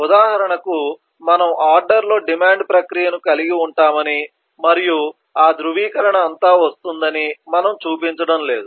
ఉదాహరణకు మనము ఆర్డర్లో డిమాండ్ ప్రక్రియను కలిగి ఉంటామని మరియు ఆ ధృవీకరణ అంతా వస్తుందని మనము చూపించడం లేదు